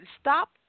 stop